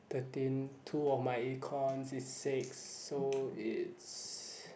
thirteen two of my econs is six so it's